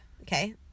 okay